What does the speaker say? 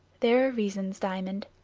there are reasons, diamond.